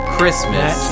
Christmas